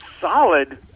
solid